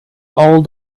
all